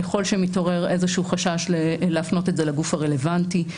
ככל שמתעורר חשש להפנות את זה לגוף הרלוונטי.